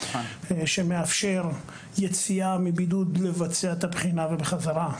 שמאפשר יציאה מבידוד לבצע את הבחינה ובחזרה,